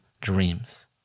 dreams